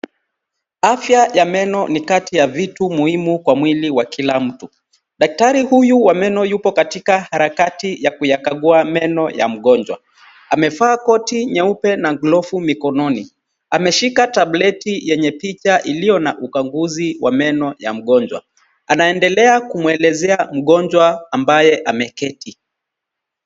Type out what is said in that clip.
Afya ya meno ni kati ya vitu muhimu kwa mwili wa kila mtu. Daktari huyu wa meno yupo katika harakati ya kuyakagua meno ya mgonjwa. Amevaa koti nyeupe na glavu mikononi. Ameshika tablet yenye picha iliyo na ukaguzi wa meno ya mgonjwa. Anaendelea kumwelezea mgonjwa ambaye ameketi.